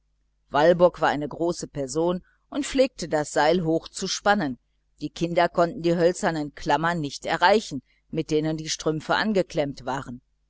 walburg war eine große person und pflegte das seil hoch zu spannen die kinder konnten die hölzernen klammern nicht erreichen mit denen die strümpfe angeklemmt waren